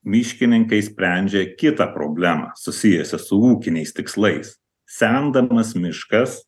miškininkai sprendžia kitą problemą susijusią su ūkiniais tikslais semdamas miškas